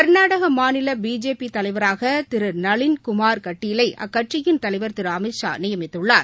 கா்நாடக மாநில பிஜேபி தலைவராக திரு நளின்குமாா் கட்டீலை அக்கட்சியின் தலைவா் திரு அமித்ஷா நியமித்துள்ளார்